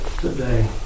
today